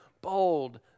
bold